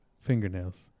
fingernails